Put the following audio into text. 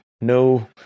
no